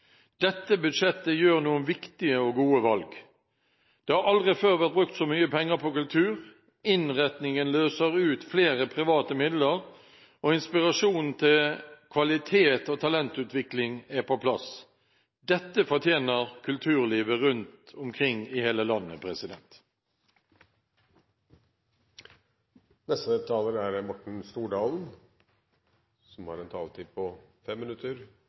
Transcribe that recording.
Dette budsjettet gjør noen viktige og gode valg. Det har aldri før vært brukt så mye penger på kultur, innretningen løser ut flere private midler, og inspirasjonen til kvalitet og talentutvikling er på plass. Dette fortjener kulturlivet rundt omkring i hele landet! I budsjettet for 2015 er breddeidretten en